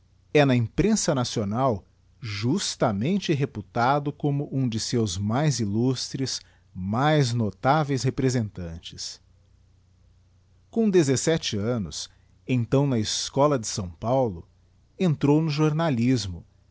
é na imprensa nacional justamente reputado como um dos seus mais illustres mais notáveis representantes com dezesete annos então na escola de s paulo entrou no jornalismo